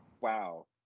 Wow